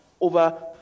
over